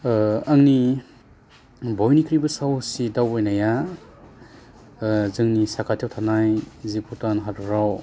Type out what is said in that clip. आंनि बयनिख्रइबो साहसि दावबाइनाया जोंनि साखाथियाव थानाय जि भुटान हादराव